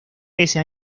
ese